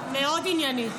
מאוד עניינית.